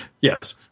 yes